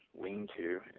lean-to